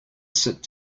sit